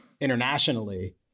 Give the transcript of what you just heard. internationally